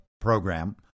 program